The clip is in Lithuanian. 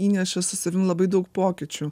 įneša su savim labai daug pokyčių